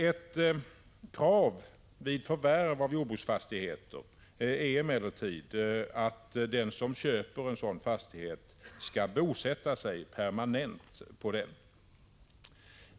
Ett krav vid förvärv av jordbruksfastigheter är emellertid att den som köper en sådan fastighet skall bosätta sig permanent på den.